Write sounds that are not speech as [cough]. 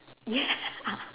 ya [laughs]